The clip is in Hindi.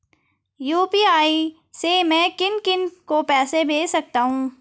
यु.पी.आई से मैं किन किन को पैसे भेज सकता हूँ?